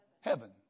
Heaven